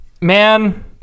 man